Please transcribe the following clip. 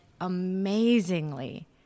amazingly